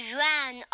ran